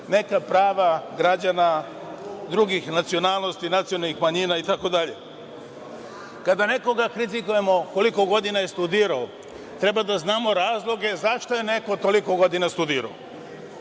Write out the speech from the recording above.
neka prava građana drugih nacionalnosti i nacionalnih manjina itd. Kada nekog kritikujemo koliko godina je studirao, treba da znamo razloge zašto je neko toliko studirao.